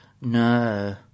No